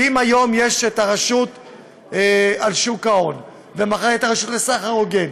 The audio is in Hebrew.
כי אם היום יש את הרשות על שוק ההון ומחר תהיה הרשות לסחר הוגן,